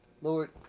lord